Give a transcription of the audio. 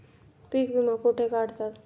पीक विमा कुठे काढतात?